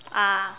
ah